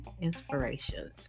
inspirations